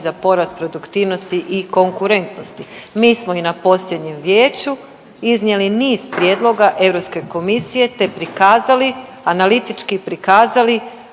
za porast produktivnosti i konkurentnosti. Mi smo i na posljednjem vijeću iznijeli niz prijedloga Europske komisije te prikazali, analitički prikazali